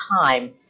time